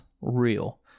real